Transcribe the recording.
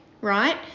right